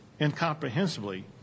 incomprehensibly